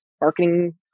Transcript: marketing